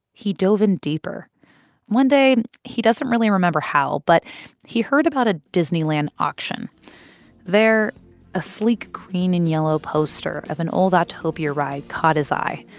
he dove in deeper one day, he doesn't really remember how, but he heard about a disneyland auction there a sleek green and yellow poster of an old autopia ride caught his eye.